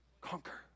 conquer